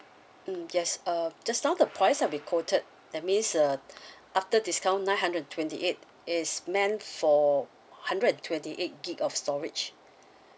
mm yes uh just now the price I'll be quoted that means uh after discount nine hundred and twenty eight is meant for hundred and twenty eight gig of storage